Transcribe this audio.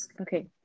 Okay